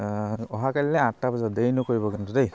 অহা কাইলৈ আঠটা বজাত দেৰি নকৰিব কিন্তু দেই